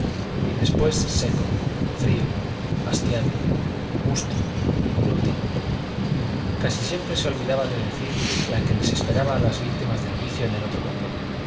y después seco frío hastiado mustio inútil casi siempre se olvidaba de decir la que les esperaba a las víctimas del vicio en el otro mundo